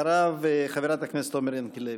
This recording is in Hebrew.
אחריו, חברת הכנסת עומר ינקלביץ'.